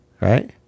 right